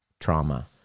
trauma